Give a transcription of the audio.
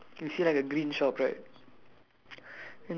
so when they walk straight can see like the green shop right